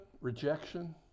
rejection